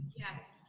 yes.